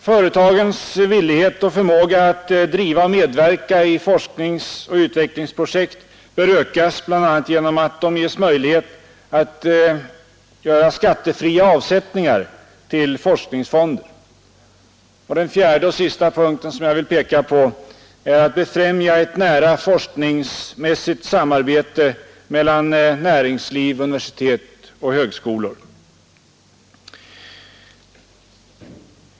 Företagens villighet och förmåga att driva och medverka i forskningsoch utvecklingsprojekt bör ökas bl.a. genom att de ges möjlighet att göra skattefria avsättningar till forskningsfonder. 4. Ett nära forskningsmässigt samarbete mellan näringsliv, universitet och högskolor bör befrämjas.